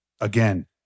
Again